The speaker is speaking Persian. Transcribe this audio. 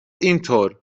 اینطور